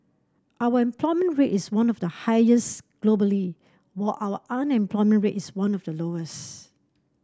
our employment rate is one of the highest globally while our unemployment rate is one of the lowest